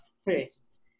first